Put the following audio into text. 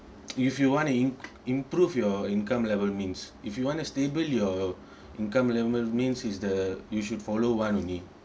if you want to im~ improve your income level means if you want to stable your income level means is the you should follow one only